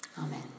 Amen